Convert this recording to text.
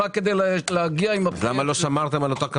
למה לא שמרתם על אותה כמות?